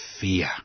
fear